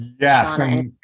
Yes